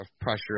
pressure